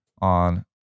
on